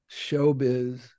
showbiz